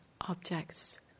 objects